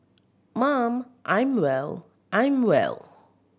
mum I'm well I'm well